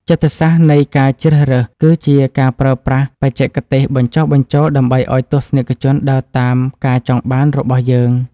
ចិត្តសាស្ត្រនៃការជ្រើសរើសគឺជាការប្រើប្រាស់បច្ចេកទេសបញ្ចុះបញ្ចូលដើម្បីឱ្យទស្សនិកជនដើរតាមការចង់បានរបស់យើង។